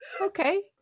Okay